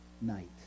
night